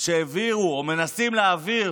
שהעבירו או מנסים להעביר?